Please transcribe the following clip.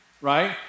right